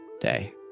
day